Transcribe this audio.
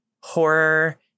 horror